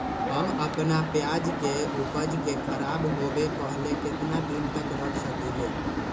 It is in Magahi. हम अपना प्याज के ऊपज के खराब होबे पहले कितना दिन तक रख सकीं ले?